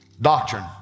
Doctrine